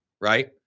right